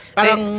Parang